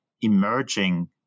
emerging